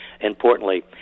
Importantly